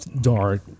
dark